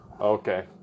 Okay